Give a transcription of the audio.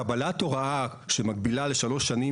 קבלת הוראה שמגבילה לשלוש שנים,